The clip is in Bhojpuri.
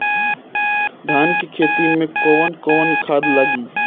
धान के खेती में कवन कवन खाद लागी?